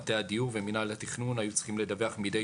מטה הדיור ומינהל התכנון היו צריכים לדווח מדי